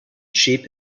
sheep